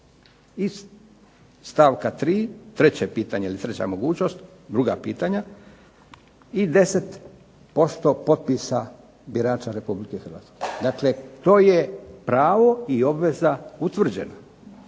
pitanje ili treća mogućnost, druga pitanja i 10% potpisa birača Republike Hrvatske. Dakle, to je pravo i obveza utvrđena